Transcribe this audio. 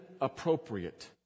appropriate